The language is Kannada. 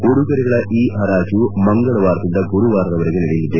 ಉಡುಗೊರೆಗಳ ಇ ಹರಾಜು ಮಂಗಳವಾರದಿಂದ ಗುರುವಾರದವರೆಗೆ ನಡೆಯಲಿದೆ